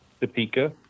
Topeka